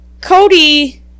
Cody